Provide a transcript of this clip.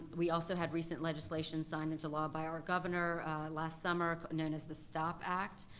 we also had recent legislation signed into law by our governor last summer known as the stop act,